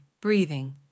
breathing